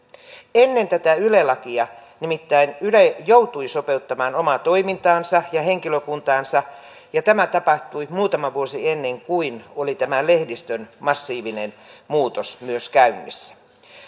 ennen tätä yle lakia nimittäin yle joutui sopeuttamaan omaa toimintaansa ja henkilökuntaansa ja tämä tapahtui muutama vuosi ennen kuin oli tämä lehdistön massiivinen muutos myös käynnissä